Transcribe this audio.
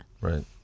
Right